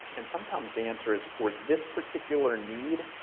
and sometimes the answer is, for this particular need,